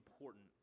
important